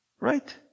Right